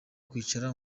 kwicara